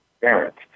parents